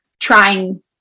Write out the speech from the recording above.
trying